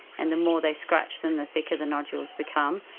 and the more they scratch then the thicker the nodules become.